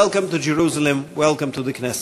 Welcome to Jerusalem, welcome to the Knesset.